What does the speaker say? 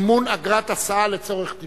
מימון אגרת הסעה לצורך טיפול).